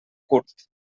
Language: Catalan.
curt